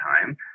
time